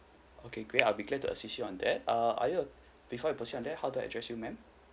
okay great I'll be glad to assist you on that err are you uh before I proceed on that how to address you madam